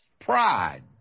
pride